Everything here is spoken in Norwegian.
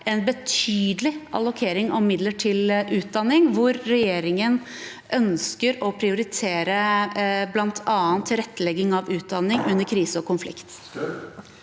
en betydelig allokering av midler til utdanning, hvor regjeringen ønsker å prioritere bl.a. tilrettelegging av utdanning under krise og konflikt.